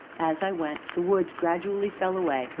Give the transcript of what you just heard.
as i went, the woods gradually fell away,